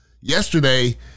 Yesterday